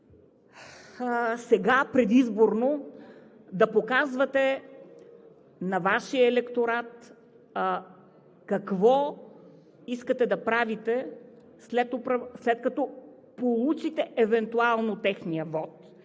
сега предизборно да показвате на Вашия електорат какво искате да правите, след като получите евентуално техния вот